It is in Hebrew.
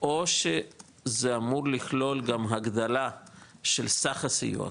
או שזה אמור לכלול גם הגדלה של סך הסיוע,